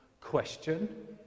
Question